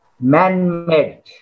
man-made